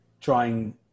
trying